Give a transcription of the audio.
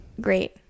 great